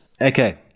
okay